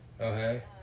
Okay